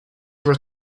were